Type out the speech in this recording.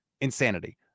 insanity